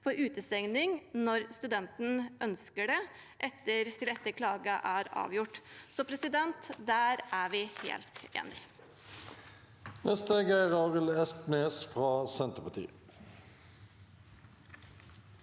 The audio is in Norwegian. av utestenging når studenten ønsker det, til etter at klagen er avgjort. Så der er vi helt enige.